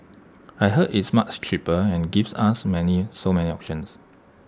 I heard it's much cheaper and gives us many so many options